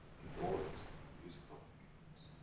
the noise, the music of the universe.